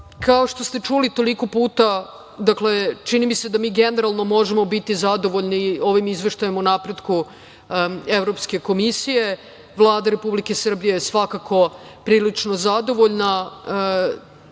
što ste čuli toliko puta, dakle, čini mi se da mi generalno možemo biti zadovoljni ovim izveštajem o napretku Evropske komisije. Vlada Republike Srbije je svakako prilično zadovoljna,